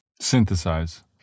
Synthesize